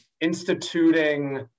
Instituting